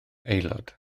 aelod